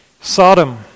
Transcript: Sodom